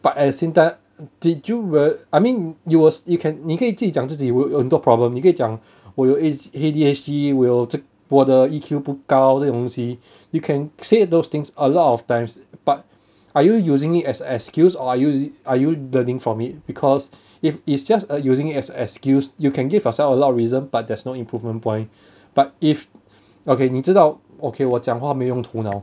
but at the same time did you rea~ I mean you will 你可以自己讲自己有有很多 problem 你可以讲我有 A_D_H_D 我有这我的 E_Q 不高这种东西 you can say those things a lot of times but are you using it as an excuse or are you are you doing for me because if it's just using it as an excuse you can give yourself a lot of reason but then there's no improvement point but if okay 你知道 okay 我讲话没有用头脑